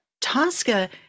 Tosca